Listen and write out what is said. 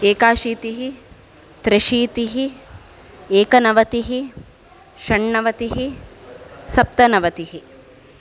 एकाशीतिः त्र्यशीतिः एकनवतिः षण्णवतिः सप्तनवतिः